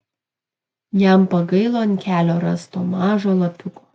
jam pagailo ant kelio rasto mažo lapiuko